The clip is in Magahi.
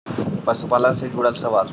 पशुपालन से जुड़ल सवाल?